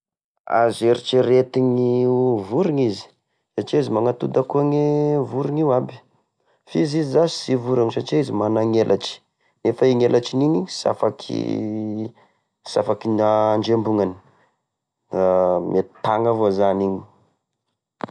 Azo eretreretiny ho vorony izy! Satria izy magnatody akone vorony io aby! fizy izy zasy sy voriny satria izy managnelatry nefa iny elatriny igny sy afaky, sy afaky gn'andrembognany, da mety tagna vao zany iny.